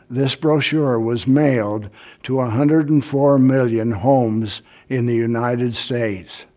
this brochure was mailed to a hundred and four million homes in the united states.